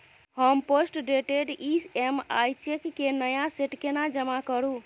हम postdated EMI cheque केँ नया सेट केना जमा करू?